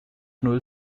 null